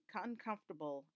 uncomfortable